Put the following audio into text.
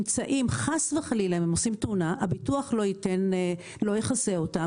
חס וחלילה אם הם עושים תאונה הביטוח לא יכסה אותם.